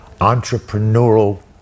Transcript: entrepreneurial